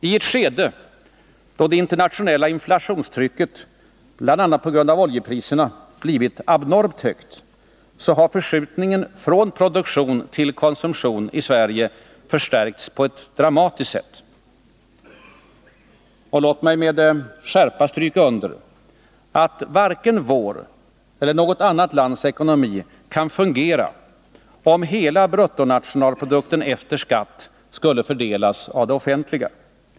I ett skede då det internationella inflationstrycket, bl.a. på grund av oljepriserna, blivit abnormt högt har förskjutningen från produktion till konsumtion förstärkts på ett dramatiskt sätt i vårt land. Låt mig med skärpa stryka under, att varken vår eller något annat lands ekonomi kan fungera, om hela bruttonationalprodukten efter skatt skulle fördelas av det offentliga.